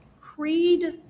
creed